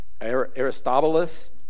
Aristobulus